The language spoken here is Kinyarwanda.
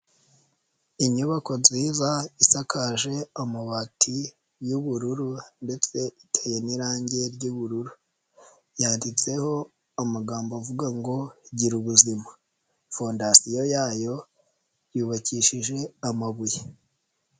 Inyubako nziza isakaje amabati y'ubururu ndetse iteye n'irange ry'ubururu yanditseho amagambo avuga ngo Girubuzima, fondasiyo yayo yubakishije amabuye.